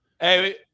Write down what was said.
Hey